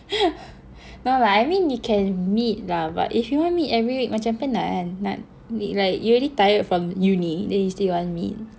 no lah I mean you can meet lah but if you wanna meet every week macam penat kan nak meet like you already tired from uni then they still wanna meet